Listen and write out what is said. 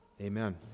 Amen